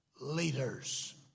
leaders